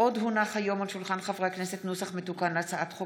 הצעת חוק